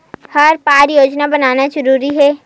हर बार योजना बनाना जरूरी है?